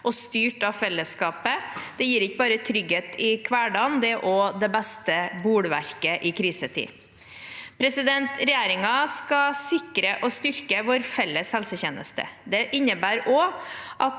og styrt av fellesskapet. Det gir ikke bare trygghet i hverdagen, men er også det beste bolverket i krisetid. Regjeringen skal sikre og styrke vår felles helsetjeneste. Det innebærer også å